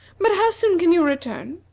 but how soon can you return?